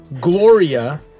Gloria